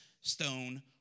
stone